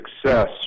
success